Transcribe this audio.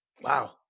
Wow